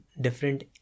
different